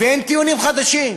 ואין טיעונים חדשים.